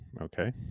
okay